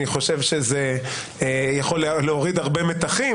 אני חושב שזה יכול להוריד הרבה מתחים.